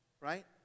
Right